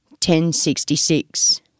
1066